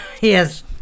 yes